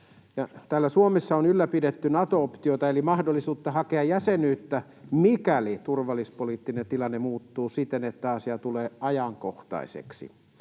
Täällä Suomessa on ylläpidetty Nato-optiota eli mahdollisuutta hakea jäsenyyttä, mikäli turvallisuuspoliittinen tilanne muuttuu siten, että asia tulee ajankohtaiseksi